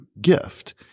gift